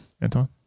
anton